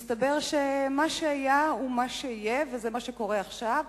מסתבר שמה שהיה הוא שיהיה, וזה מה שקורה עכשיו.